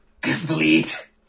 complete